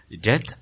Death